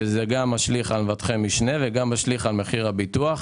שזה משליך על מבטחי משנה ומשליך על מחיר הביטוח.